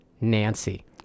Nancy